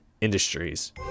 Industries